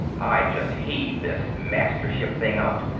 i'd just heave this mastership thing out,